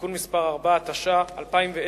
(תיקון מס' 4), התש"ע 2010,